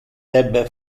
debe